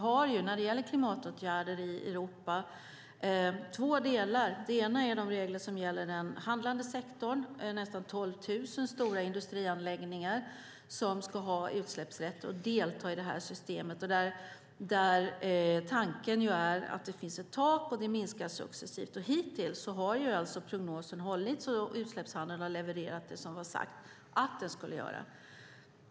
När det gäller klimatåtgärder i Europa har vi två delar. Den ena gäller reglerna för den handlande sektorn. Nästan 12 000 stora industrianläggningar ska ha utsläppsrätt och delta i systemet. Tanken är att det finns ett tak som sänks successivt. Hittills har prognosen hållit; utsläppshandeln har levererat det som det var sagt att den skulle.